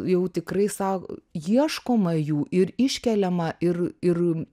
jau tikrai sau ieškoma jų ir iškeliama ir ir